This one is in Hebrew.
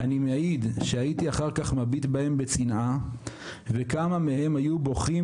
אני מעיד שהייתי אחר כך מביט בהם בצנעה וכמה מהם היו בוכים,